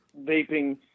vaping